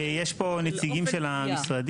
ויש פה נציגים של המשרדים.